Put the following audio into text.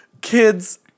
Kids